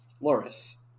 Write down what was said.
Loris